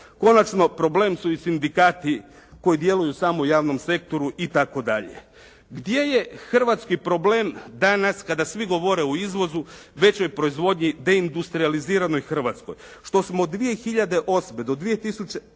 Konačno problem su i sindikati koji djeluju samo u javnom sektoru i tako dalje. Gdje je hrvatski problem danas kada svi govore o izvozu, većoj proizvodnji, deindustrijaliziranoj Hrvatskoj što smo 2008. do, 2000.